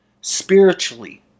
Spiritually